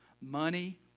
money